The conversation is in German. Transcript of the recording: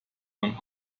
man